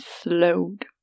slowed